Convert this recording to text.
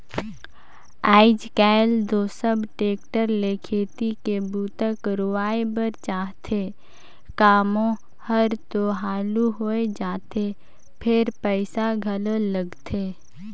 आयज कायल तो सब टेक्टर ले खेती के बूता करवाए बर चाहथे, कामो हर तो हालु होय जाथे फेर पइसा घलो लगथे